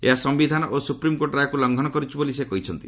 ଏହା ସମ୍ଭିଧାନ ଓ ସୁପ୍ରିମକୋର୍ଟ ରାୟକୁ ଲଙ୍ଘନ କରୁଛି ବୋଲି ସେ କହିଛନ୍ତି